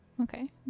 Okay